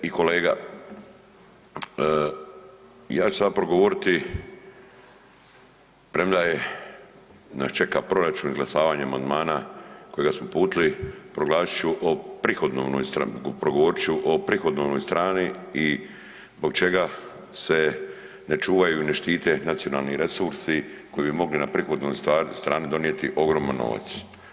kolega ja ću sada progovoriti premda je nas čeka proračun i izglasavanje amandmana kojega smo uputili, proglasit ću o prihodovnoj, progovorit ću o prihodovnoj strani i zbog čega se ne čuvaju i ne štite nacionalni resursi koji bi mogli na prihodovnoj strani donijeti ogroman novac.